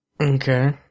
Okay